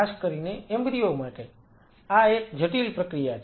ખાસ કરીને એમ્બ્રીઓ માટે આ એક જટિલ પ્રક્રિયા છે